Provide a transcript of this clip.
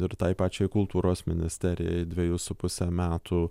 ir tai pačiai kultūros ministerijai dvejus su puse metų